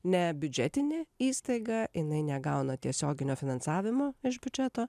ne biudžetinė įstaiga jinai negauna tiesioginio finansavimo iš biudžeto